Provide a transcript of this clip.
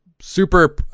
Super